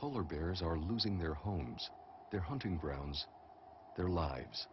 polar bears are losing their homes their hunting grounds their lives